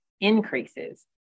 increases